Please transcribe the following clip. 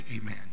amen